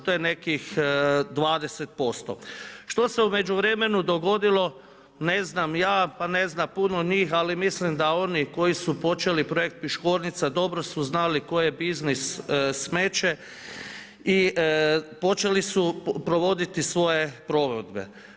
To je nekih 20% Što se u međuvremenu dogodilo, ne znam ja, pa ne zna puno njih, ali mislim da oni koji su počeli projekt Piškornica, dobro su znali koji biznis smeće i počeli su provoditi svoje provedbe.